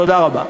תודה רבה.